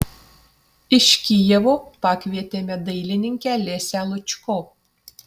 iš kijevo pakvietėme dailininkę lesią lučko